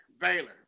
Baylor